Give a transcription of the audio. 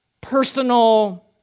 personal